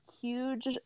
huge